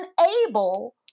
unable